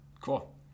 Cool